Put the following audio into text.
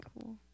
cool